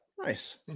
Nice